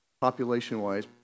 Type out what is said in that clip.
population-wise